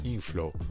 Inflow